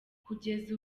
kugeza